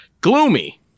gloomy